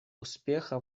успеха